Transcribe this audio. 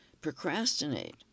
procrastinate